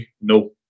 no